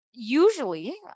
Usually